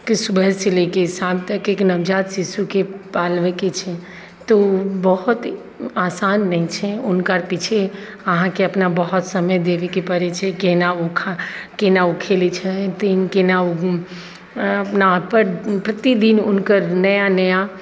कि सुबहसँ लऽ कऽ शाम तक एक नवजात शिशुके पालबैके छै तो बहुत आसान नहि छै हुनकर पीछे अहाँके अपना बहुत समय देबैके पड़ै छै कोना ओ खा कोना ओ खेलै छथिन कोना ओ अपना आप पर प्रतिदिन हुनकर नया नया